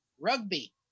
rugby